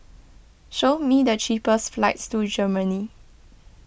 show me the cheapest flights to Germany